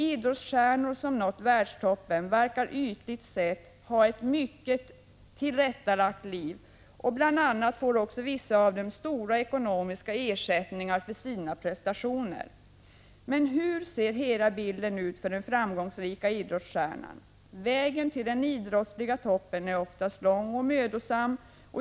Idrottsstjärnor som har nått världstoppen verkar ytligt sett ha ett mycket tillrättalagt liv. Bl.a. får vissa av dem stora ekonomiska ersättningar för sina prestationer. Men hur ser hela bilden ut för en framgångsrik idrottsstjärna? Vägen till den idrottsliga toppen är ofta lång och mödosam.